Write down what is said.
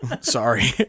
Sorry